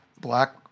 Black